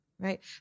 right